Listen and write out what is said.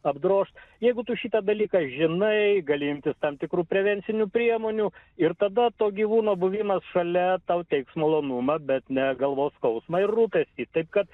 apdrožt jeigu tu šitą dalyką žinai gali imtis tam tikrų prevencinių priemonių ir tada to gyvūno buvimas šalia tau teiks malonumą bet ne galvos skausmą ir rūpestį taip kad